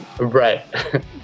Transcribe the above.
Right